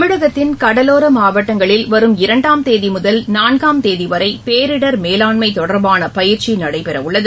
தமிழகத்தின் கடலோரமாவட்டங்களில் வரும் இரண்டாம் தேதிமுதல் நான்காம் தேதிவரைபேரிடர் மேலாண்மைதொடர்பானபயிற்சிநடைபெறஉள்ளது